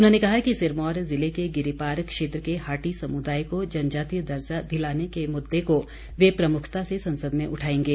उन्होंने कहा कि सिरमौर ज़िले के गिरिपार क्षेत्र के हाटी समुदाय को जनजातीय दर्जा दिलाने के मुददे को वे प्रमुखता से संसद में उठाएंगे